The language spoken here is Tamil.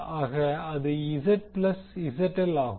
ஆக அது Zth ப்ளஸ் ZL ஆகும்